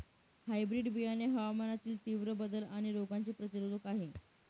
hybrid बियाणे हवामानातील तीव्र बदल आणि रोगांचे प्रतिरोधक आहे